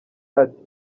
ati